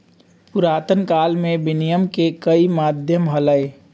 पुरातन काल में विनियम के कई माध्यम हलय